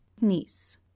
niece